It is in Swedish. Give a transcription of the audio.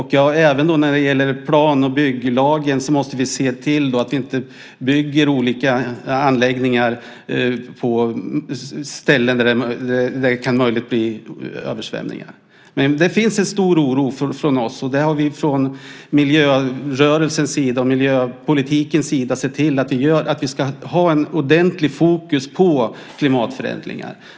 Även när det gäller plan och bygglagen måste vi se till att vi inte bygger olika anläggningar på ställen där det kan bli översvämningar. Det finns en stor oro hos oss. Från miljörörelsens och miljöpolitikens sida har vi sett till att vi ska ha ordentligt fokus på klimatförändringar.